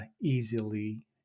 easily